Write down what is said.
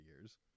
years